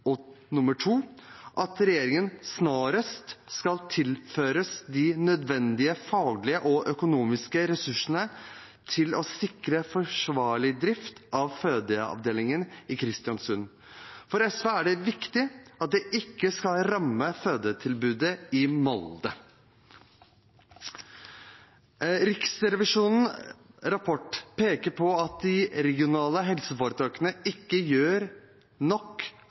og for det andre at regjeringen snarest skal tilføre de nødvendige faglige og økonomiske ressursene til å sikre forsvarlig drift av fødeavdelingen i Kristiansund. For SV er det viktig at det ikke skal ramme fødetilbudet i Molde. Riksrevisjonens rapport peker på at de regionale helseforetakene ikke gjør nok